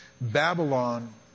Babylon